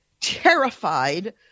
terrified